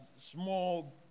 small